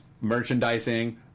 merchandising